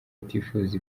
utifuza